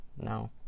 No